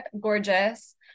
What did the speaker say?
gorgeous